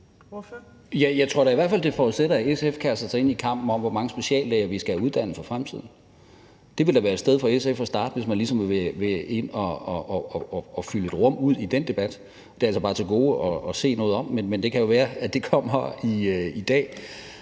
Jeg tror da i hvert fald, at det forudsætter, at SF kaster sig ind i kampen om, hvor mange speciallæger vi skal have uddannet for fremtiden. Det ville da være et sted for SF at starte, hvis man ligesom vil ind og fylde et rum ud i den debat. Det har jeg så bare til gode at se noget af, men det kan jo være, det kommer i dag.